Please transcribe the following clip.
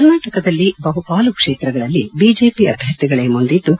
ಕರ್ನಾಟಕದಲ್ಲಿ ಬಹುಪಾಲು ಕ್ಷೇತ್ರಗಳಲ್ಲಿ ಬಿಜೆಪಿ ಅಭ್ಯರ್ಥಿಗಳೇ ಮುಂದಿದ್ದು